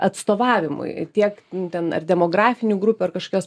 atstovavimui tiek ten ar demografinių grupių ar kažkas